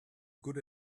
good